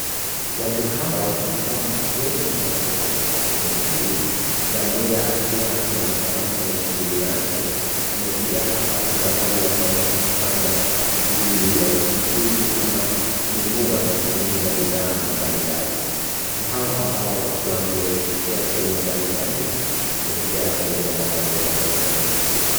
Watu hawa ambao ni wengi na wamejaa katika sehemu hii, kila mmoja akiwa anaonekana kufanya shughuli yake wamekuja hapa angalau wakaweze kufanya shughuli ya uchukuzi ama kununua na kuuza bidhaa mbali mbali. Watu hawa wametokea sehemu mbali mbali wamekuja hapa ili angalau wakaweze kufanya uchukuzi.